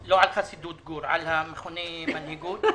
לא על חסידי גור אלא על מכוני המנהיגות,